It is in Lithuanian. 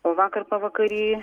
o vakar pavakary